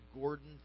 Gordon